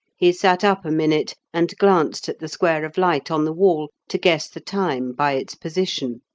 he sat up a minute, and glanced at the square of light on the wall to guess the time by its position.